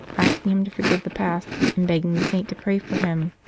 asking him to forgive the past, and begging the saint to pray for him.